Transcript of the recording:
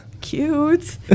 Cute